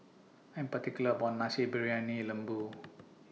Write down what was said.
I'm particular about My Nasi Briyani Lembu